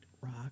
Rock